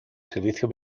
servicio